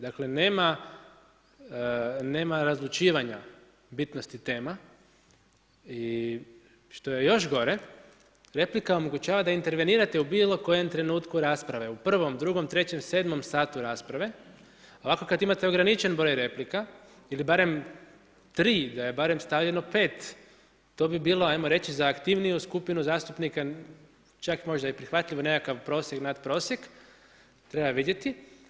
Dakle, nema razlučivanja bitnosti tema i što je još gore, replika omogućava da intervenirate u bilo kojem trenutku rasprave, u prvom, drugom, trećem, sedmom satu rasprave, ovako kad imate ograničen broj replika ili barem tri, da je barem stavljeno pet, to bi bilo ajmo reći za aktivniju skupinu zastupnika čak možda i prihvatljiv nekakav prosjek, nadprosjek, treba vidjeti.